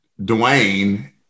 Dwayne